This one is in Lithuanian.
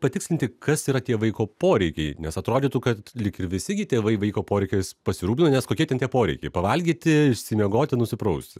patikslinti kas yra tie vaiko poreikiai nes atrodytų kad lyg ir visi tėvai vaiko poreikiais pasirūpina nes kokie ten tie poreikiai pavalgyti išsimiegoti nusiprausti